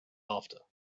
after